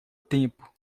tempo